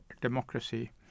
democracy